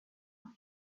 him